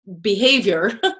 behavior